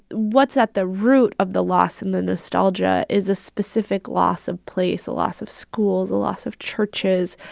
what's at the root of the loss and the nostalgia is a specific loss of place a loss of schools, a loss of churches.